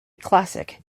classic